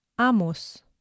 Amos